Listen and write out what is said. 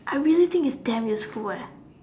I really think it's damn useful